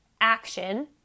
action